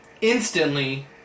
instantly